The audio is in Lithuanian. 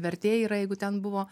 vertė yra jeigu ten buvo